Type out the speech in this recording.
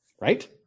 Right